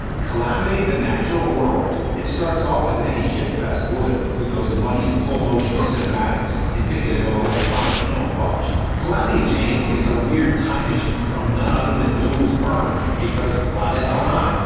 calamity the natural world. it starts off as any shitfest would, with those muddy full motion cinematics, indicative of electronic anal fudge. calamity jane gets a weird time machine from none other than jules verne. because. why the hell not?